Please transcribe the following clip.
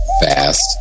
fast